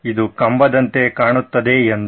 ಇದು ಕಂಭದಂತೆ ಕಾಣುತ್ತದೆ ಎಂದ